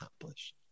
accomplished